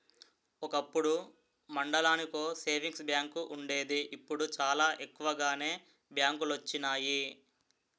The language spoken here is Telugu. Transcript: ఒకప్పుడు మండలానికో సేవింగ్స్ బ్యాంకు వుండేది ఇప్పుడు చాలా ఎక్కువగానే బ్యాంకులొచ్చినియి